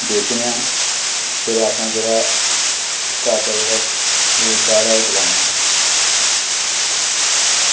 बेचने आं फिर अपना जेह्ड़ा अपना जेह्ड़ा रोज़गार ऐ ओह् चलाने आं